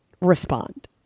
respond